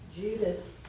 Judas